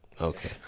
okay